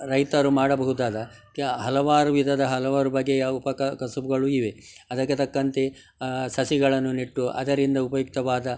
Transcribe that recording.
ರೈತರು ಮಾಡಬಹುದಾದ ಹಲವಾರು ವಿಧದ ಹಲವಾರು ಬಗೆಯ ಉಪಕಸಬುಗಳು ಇವೆ ಅದಕ್ಕೆ ತಕ್ಕಂತೆ ಸಸಿಗಳನ್ನು ನೆಟ್ಟು ಅದರಿಂದ ಉಪಯುಕ್ತವಾದ